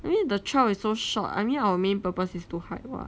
I mean the trail is so short I mean our main purpose is to hike [what]